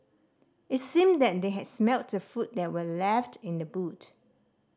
it seemed that they had smelt the food that were left in the boot